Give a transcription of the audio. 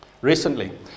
recently